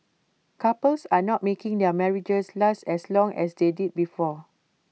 couples are not making their marriages last as long as they did before